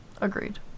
Agreed